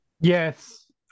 Yes